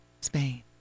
Spain